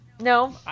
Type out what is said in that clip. no